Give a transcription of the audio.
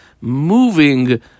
moving